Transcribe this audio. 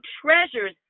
treasures